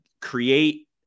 create